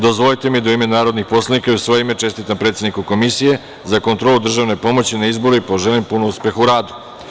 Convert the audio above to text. Dozvolite mi da da u ime narodnih poslanika i u svoje ime čestitam predsedniku Komisije za kontrolu državne pomoći na izbori i poželim puno uspeha u radu.